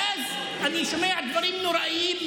ואז אני שומע דברים נוראיים,